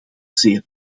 zeer